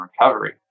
recovery